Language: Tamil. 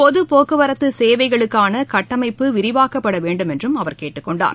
பொது போக்குவரத்து சேவைகளுக்கான கட்டமைப்பு விரிவாக்கப்பட வேண்டுமென்றும் அவர் கேட்டுக் கொண்டார்